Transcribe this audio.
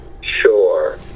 Sure